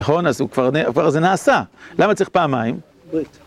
נכון, אז הוא כבר, כבר זה נעשה, למה צריך פעמיים?